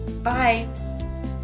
Bye